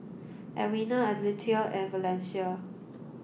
Edwina Aletha and Valencia